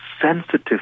sensitive